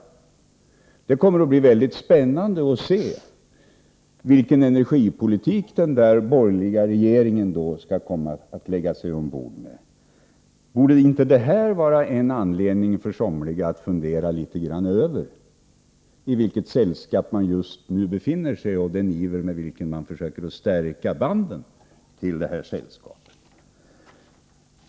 Det kommer att bli mycket spännande att se vilken energipolitik denna borgerliga regering kommer att lägga sig till med. Borde inte det här vara en anledning för somliga att fundera litet över i vilket sällskap de just nu befinner sig och den iver med vilken man försöker stärka banden till det sällskapet?